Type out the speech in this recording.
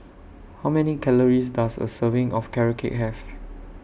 How Many Calories Does A Serving of Carrot Cake Have